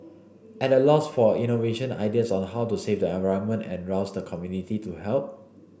at a loss for innovation ideas on how to save the environment and rouse the community to help